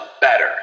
better